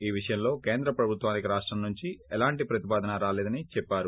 ఈ విషయంలో కేంద్ర ప్రభుత్వానికి రాష్టం నుంచి ఎలాంటి ప్రతిపాదన రాలేదని చెప్పారు